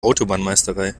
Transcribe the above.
autobahnmeisterei